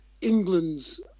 England's